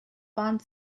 bond